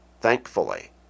thankfully